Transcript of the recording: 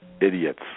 idiots